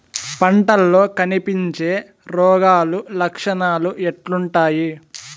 పంటల్లో కనిపించే రోగాలు లక్షణాలు ఎట్లుంటాయి?